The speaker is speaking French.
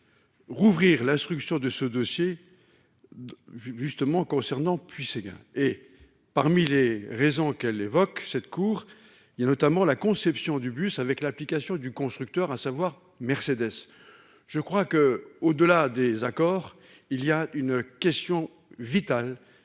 de. Rouvrir l'instruction de ce dossier. Justement. Concernant puis Seguin et parmi les raisons qu'elle évoque cette cour il y a notamment la conception du bus avec l'application du constructeur à savoir Mercedes. Je crois que, au-delà des accords il y a une question vitale